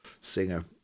singer